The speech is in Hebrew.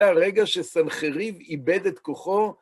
מהרגע שסנחריב איבד את כוחו.